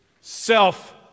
self